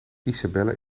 isabelle